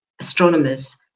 astronomers